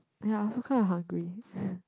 ya I also quite hungry